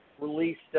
released